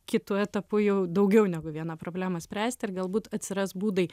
kitu etapu jau daugiau negu vieną problemą spręsti ir galbūt atsiras būdai